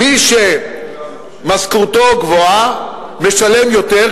מי שמשכורתו גבוהה משלם יותר,